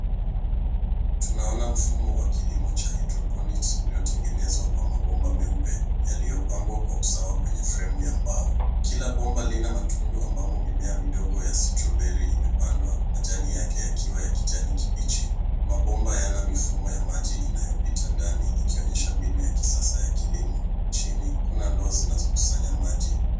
Tunaona mfumo wa kilimo cha hydroponics uliotengenezwa kwa mabomba meupe, yaliyopangwa kwa usawa kwenye fremu ya mbao. Kila bomba lina matundu ambamo mimea midogo ya strawberry imepandwa, majani yake yakiwa ya kijani kibichi. Mabomba yana mifumo ya maji inayopita ndani ,ikionyesha mbinu ya kisasa ya kilimo. Chini, kuna ndoa zinazokusanya maji.